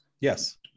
Yes